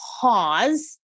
pause